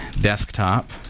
desktop